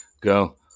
go